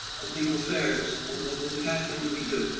of legal affairs and and and the kind of things we do.